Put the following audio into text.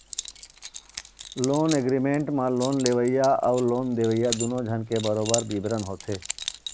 loan agreement म loan लेवइया अउ लोन देवइया दूनो झन के बरोबर बिबरन होथे